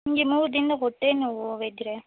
ನನಗೆ ಮೂರು ದಿನ್ದಿಂದ ಹೊಟ್ಟೆನೋವು ವೈದ್ಯರೇ